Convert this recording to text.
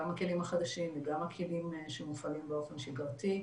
גם הכלים החדשים וגם הכלים שמופעלים באופן שגרתי,